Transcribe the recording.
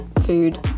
food